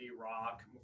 rock